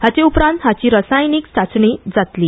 हाचे उपरांत हाची रासायनिक चांचणी जातली